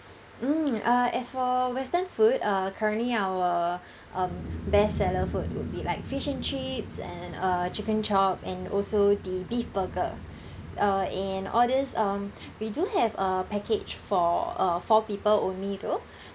mm uh as for western food uh currently our um best seller food would be like fish and chips and uh chicken chop and also the beef burger uh and all these um we do have a package for uh four people only though